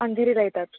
अंधेरीला येतात